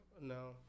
no